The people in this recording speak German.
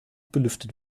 belüftet